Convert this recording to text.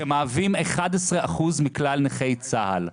שמהווים 11% מכלל נכי צה"ל.